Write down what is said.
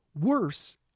worse